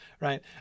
right